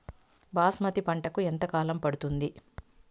బాస్మతి పంటకు ఎంత కాలం పడుతుంది?